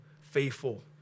faithful